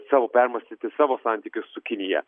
savo permąstyti savo santykius su kinija